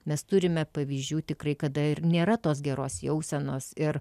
mes turime pavyzdžių tikrai kada ir nėra tos geros jausenos ir